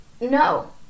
No